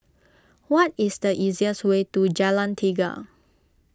what is the easiest way to Jalan Tiga